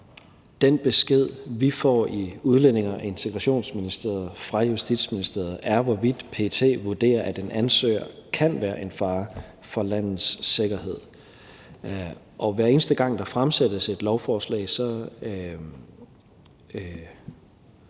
den besked, vi får i Udlændinge- og Integrationsministeriet fra Justitsministeriet, er, hvorvidt PET vurderer, at en ansøger kan være en fare for landets sikkerhed. Hver eneste gang der fremsættes et lovforslag, hører